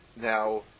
now